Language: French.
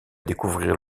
découvrir